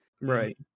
Right